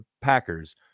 Packers